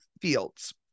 fields